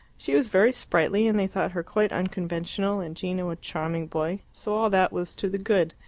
she was very sprightly, and they thought her quite unconventional, and gino a charming boy, so all that was to the good.